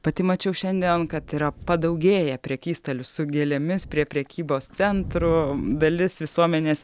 pati mačiau šiandien kad yra padaugėję prekystalių su gėlėmis prie prekybos centrų dalis visuomenės